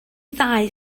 ddau